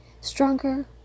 Stronger